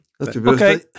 Okay